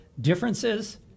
differences